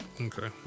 Okay